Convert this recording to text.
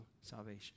salvation